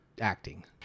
acting